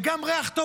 וגם ריח טוב,